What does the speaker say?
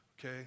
Okay